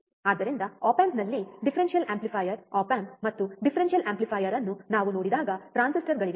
ಆದ್ದರಿಂದ ಆಪ್ ಆಂಪ್ನಲ್ಲಿ differential amplifier op amp ಮತ್ತು ಡಿಫರೆನ್ಷಿಯಲ್ ಆಂಪ್ಲಿಫೈಯರ್ ಅನ್ನು ನಾವು ನೋಡಿದಾಗ ಟ್ರಾನ್ಸಿಸ್ಟರ್ಗಳಿವೆ